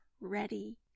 ready